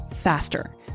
faster